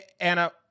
Anna